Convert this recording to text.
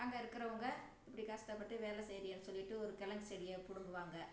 அங்கே இருக்குறவங்க இப்படி கஷ்டப்பட்டு வேலை செய்யறியேன்னு சொல்லிவிட்டு ஒரு கிழங்கு செடியை பிடுங்குவாங்க